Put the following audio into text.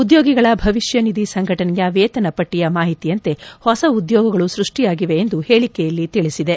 ಉದ್ಯೋಗಿಗಳ ಭವಿಷ್ಯನಿಧಿ ಸಂಘಟನೆಯ ವೇತನ ಪಟ್ಟಿಯ ಮಾಹಿತಿಯಂತೆ ಹೊಸ ಉದ್ಯೋಗಗಳು ಸೃಷ್ವಿಯಾಗಿವೆ ಎಂದು ಹೇಳಿಕೆಯಲ್ಲಿ ತಿಳಿಸಿದೆ